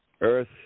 Earth